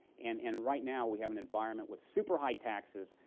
and and right now, we have an environment with super-high taxes,